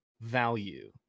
value